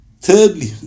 Thirdly